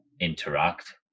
interact